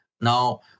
Now